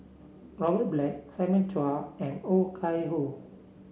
Robert Black Simon Chua and Oh Chai Hoo